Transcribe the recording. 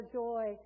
joy